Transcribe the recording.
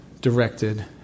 directed